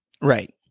right